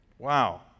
Wow